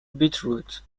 beetroot